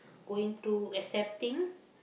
going through accepting